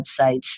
websites